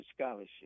scholarship